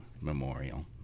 memorial